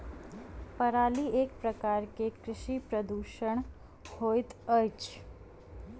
पराली एक प्रकार के कृषि प्रदूषण होइत अछि